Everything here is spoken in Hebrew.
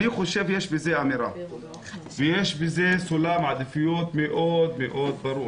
לדעתי, יש בזה אמירה וסולם עדיפויות מאוד ברור.